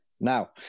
Now